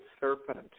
serpent